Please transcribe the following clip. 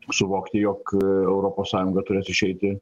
suvokti jog europos sąjunga turės išeiti